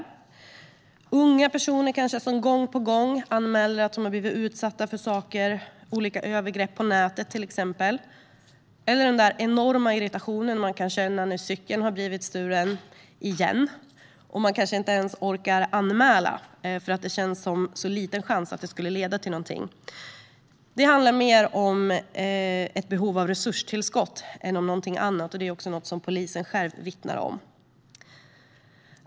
Det kan vara fråga om unga personer som gång på gång anmäler att de har blivit utsatta för saker, till exempel olika övergrepp på nätet. Eller det kan vara fråga om den enorma irritationen man kan känna när cykeln har stulits igen och man inte ens orkar anmäla eftersom chansen är så liten att anmälan skulle leda till något. Detta handlar mer om ett behov av resurstillskott än om något annat. Det är också något som polisen själv vittnar om.